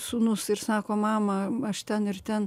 sūnus ir sako mama aš ten ir ten